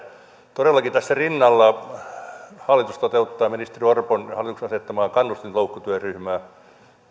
todellakin tässä rinnalla on ministeri orpon ja hallituksen asettama kannustinloukkutyöryhmä